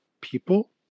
people